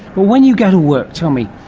when you go to work, tell me,